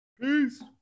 Peace